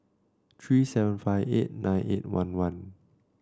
three seven five eight nine eight one one